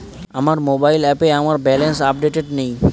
আমার মোবাইল অ্যাপে আমার ব্যালেন্স আপডেটেড নেই